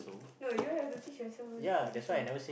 no you have to teach yourself first first also